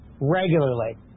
regularly